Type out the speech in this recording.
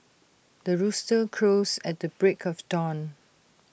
the rooster crows at the break of dawn